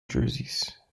jerseys